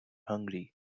hungry